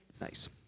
Nice